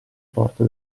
porta